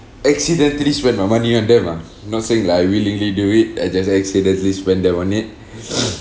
accidentally spend my money on them ah not saying like I willingly do it I just accidentally spend them on it